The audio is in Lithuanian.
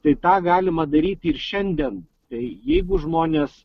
tai tą galima daryti ir šiandien tai jeigu žmonės